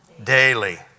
daily